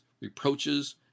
reproaches